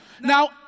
Now